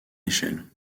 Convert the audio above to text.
échelle